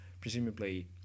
presumably